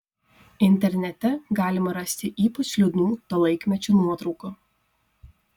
internete galima rasti ypač liūdnų to laikmečio nuotraukų